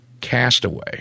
castaway